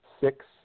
six